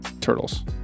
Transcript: Turtles